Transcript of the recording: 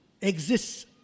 exists